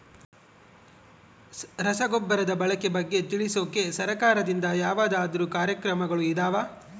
ರಸಗೊಬ್ಬರದ ಬಳಕೆ ಬಗ್ಗೆ ತಿಳಿಸೊಕೆ ಸರಕಾರದಿಂದ ಯಾವದಾದ್ರು ಕಾರ್ಯಕ್ರಮಗಳು ಇದಾವ?